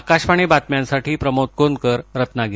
आकाशवाणी बातम्यांसाठी प्रमोद कोनकर रत्नागिरी